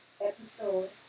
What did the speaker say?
Episode